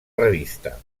revista